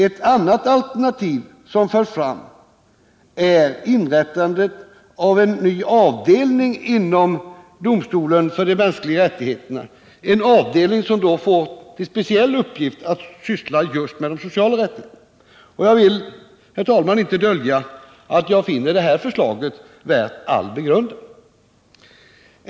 Ett annat alternativ som förs fram är inrättandet av en ny avdelning inom domstolen för de mänskliga rättigheterna, en avdelning som får som speciell uppgift att syssla just med de sociala rättigheterna. Jag vill, herr talman, inte dölja att jag finner detta förslag värt all begrundan.